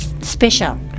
special